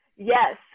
Yes